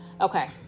Okay